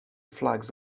flags